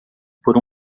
por